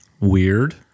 Weird